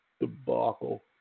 debacle